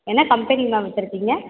என்ன company ma'am வச்சுருக்கீங்க